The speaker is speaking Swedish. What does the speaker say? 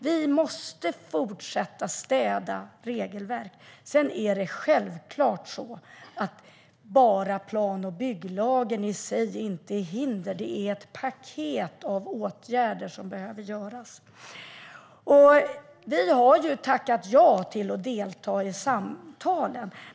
Vi måste fortsätta att städa i regelverken. Det är självklart så att plan och bygglagen i sig inte är ett hinder. Det är ett paket av åtgärder som behöver vidtas. Vi har tackat ja till att delta i samtalen.